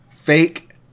fake